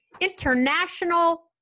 international